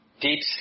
Deep